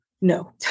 no